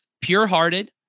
pure-hearted